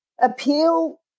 appeal